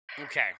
Okay